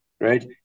right